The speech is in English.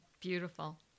beautiful